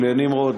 לנמרוד,